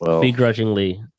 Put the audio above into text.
begrudgingly